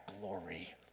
glory